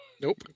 Nope